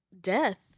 death